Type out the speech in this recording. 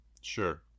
Sure